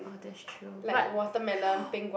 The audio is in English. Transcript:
oh that's true but